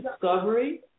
discovery